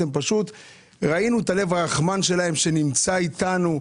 פשוט ראינו את הלב הרחמן שלהם שנמצא איתנו,